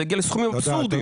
זה הגיע לסכומים אבסורדיים.